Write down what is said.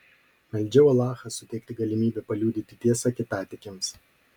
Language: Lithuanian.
meldžiau alachą suteikti galimybę paliudyti tiesą kitatikiams